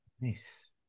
Nice